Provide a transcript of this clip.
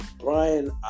Brian